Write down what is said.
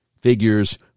figures